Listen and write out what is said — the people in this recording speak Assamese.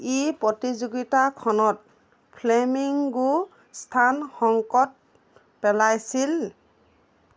ই প্ৰতিযোগিতাখনত ফ্লেমিঙ্গোৰ স্থান সংকটত পেলাইছিল